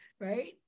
right